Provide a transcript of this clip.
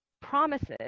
promises